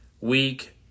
week